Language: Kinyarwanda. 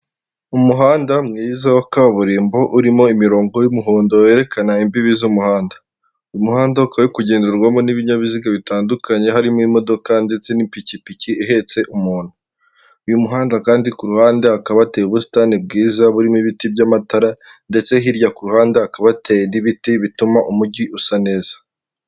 Umuhanda mwiza wa kaburimbo urimo imirongo y'umuhondo werekana imbibi z'umuhanda, umuhanda ukaba uri kugenderwamo n'ibinyabiziga bitandukanye harimo imodoka ndetse n'ipikipiki ihetse umuntu, uyu muhanda kandi ku ruhande hakaba hateye ubusitani bwiza burimo ibiti by'amatara ndetse hirya ku ruhande hakaba hatera n'ibiti bituma umujyi usa neza.